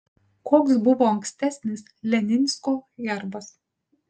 koks buvo ankstesnis leninsko herbas